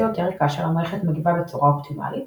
יותר כאשר המערכת מגיבה בצורה אופטימלית,